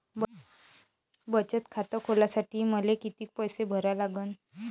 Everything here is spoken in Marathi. बचत खात खोलासाठी मले किती पैसे भरा लागन?